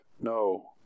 no